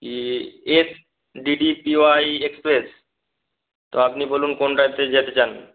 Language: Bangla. কী S D D P Y express তো আপনি বলুন কোনটাতে যেতে চান